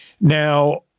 Now